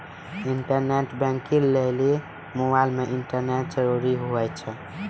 internet banking लेली mobile मे internet जरूरी हुवै छै